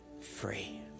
free